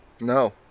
No